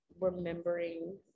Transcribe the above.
remembering